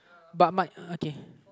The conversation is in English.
but my okay